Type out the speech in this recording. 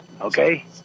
Okay